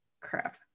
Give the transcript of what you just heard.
crap